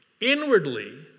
inwardly